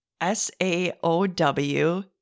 S-A-O-W